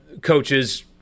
coaches